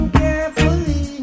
carefully